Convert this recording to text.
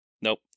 nope